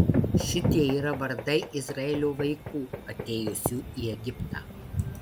šitie yra vardai izraelio vaikų atėjusių į egiptą